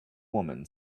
woman